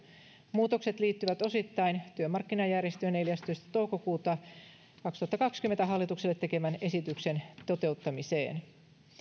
muutokset liittyvät osittain työmarkkinajärjestöjen neljästoista viidettä kaksituhattakaksikymmentä hallitukselle tekemän esityksen toteuttamiseen